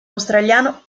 australiano